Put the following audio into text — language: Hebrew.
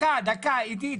דקה, דקה, עידית.